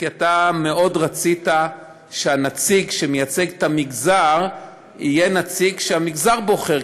כי אתה מאוד רצית שהנציג שמייצג את המגזר יהיה נציג שהמגזר בוחר,